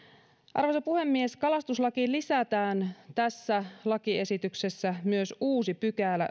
arvoisa puhemies kalastuslakiin lisätään tässä lakiesityksessä myös uusi sadasyhdeksästoista pykälä